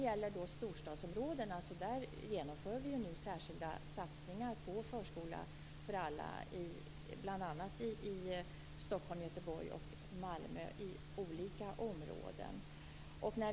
I storstadsområdena genomför vi nu särskilda satsningar på förskola för alla barn, bl.a. i olika områden i Stockholm, Göteborg och Malmö.